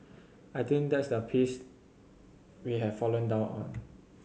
I think that's the piece we have fallen down on